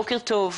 בוקר טוב,